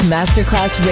Masterclass